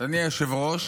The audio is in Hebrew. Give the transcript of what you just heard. אדוני היושב-ראש,